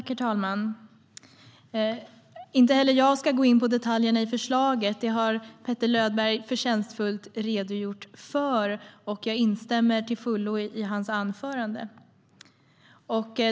Herr talman! Inte heller jag ska gå in på detaljerna i förslaget; dem har Petter Löberg förtjänstfullt redogjort för, och jag instämmer till fullo i hans anförande.